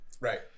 Right